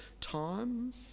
time